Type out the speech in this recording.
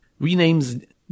renames